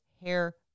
hair